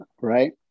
right